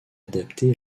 adapté